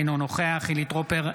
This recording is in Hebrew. אינו נוכח חילי טרופר,